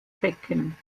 becken